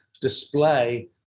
display